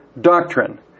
Doctrine